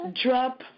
drop